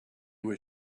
was